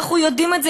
אנחנו יודעים את זה.